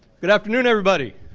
good afternoon everybody.